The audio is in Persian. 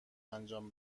انجام